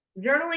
Journaling